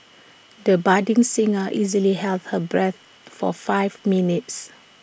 the budding singer easily held her breath for five minutes